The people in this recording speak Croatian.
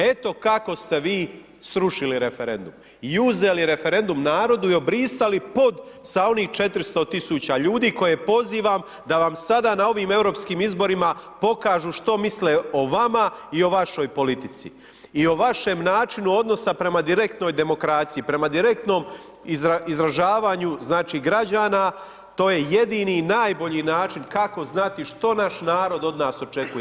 Eto kako ste i srušili referendum i uzeli referendum narodu i obrisali pod sa onih 400.000 tisuća ljudi koje pozivam da vam sada na ovim europskim izborima pokažu što misle o vama i o vašoj politici i o vašem načinu odnosa prema direktnoj demokraciji, prema direktnom izražavanju znači građana, to je jedini i najbolji način kako znati što nas narod od nas očekuje.